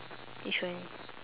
which one